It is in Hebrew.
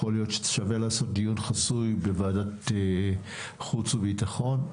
יכול להיות ששווה לעשות דיון חסוי בוועדת חוץ וביטחון.